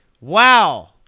Wow